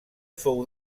fou